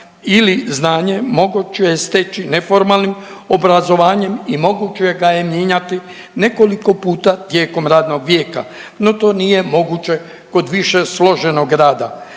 ili znanje moguće je steći neformalnim obrazovanjem i moguće da je mijenjati nekoliko puta tijekom radnog vijeka. No, to nije moguće kod više složenog rada.